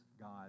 God